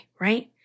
right